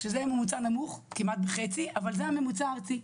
שזה ממוצע נמוך כמעט בחצי, אבל זה הממוצע הארצי,